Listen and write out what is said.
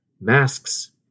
Masks